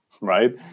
right